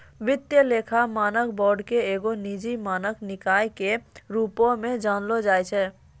वित्तीय लेखा मानक बोर्ड के एगो निजी मानक निकाय के रुपो मे जानलो जाय छै